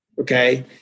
Okay